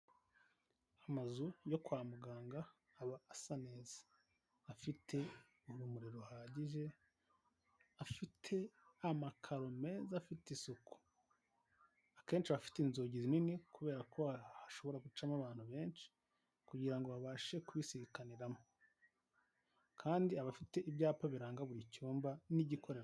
Amazu yo kwa muganga aba asa neza afite urumuri ruhagije, afite amakaro meza afite isuku, akenshi aba afite inzugi nini kubera ko hashobora gucamo abantu benshi kugira ngo babashe kubisikaniramo, kandi aba afite ibyapa biranga buri icyumba n'igikorerwamo.